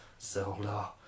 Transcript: Zelda